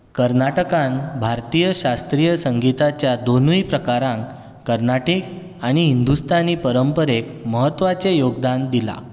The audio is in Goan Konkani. कर्नाटकान भारतीय शास्त्रीय संगीताच्या दोनूय प्रकारांक कर्नाटीक आनी हिंदुस्थानी परंपरेक म्हत्वाचें योगदान दिलां